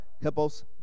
Hippos